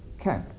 Okay